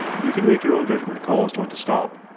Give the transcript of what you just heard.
you can make your own judgement call as to when to stop.